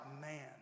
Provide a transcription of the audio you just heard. man